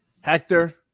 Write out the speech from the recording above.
Hector